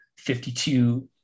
52